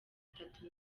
itatu